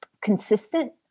consistent